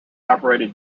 operated